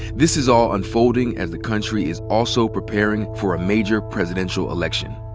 this is all unfolding as the country is also preparing for a major presidential election.